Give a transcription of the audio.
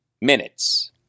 minutes